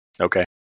Okay